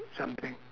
something